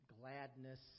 gladness